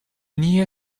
near